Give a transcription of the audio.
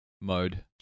mode